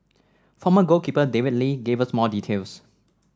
former goalkeeper David Lee gave us more details